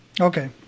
okay